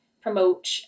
promote